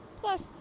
Plus